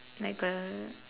like a